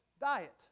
diet